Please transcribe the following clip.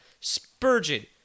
Spurgeon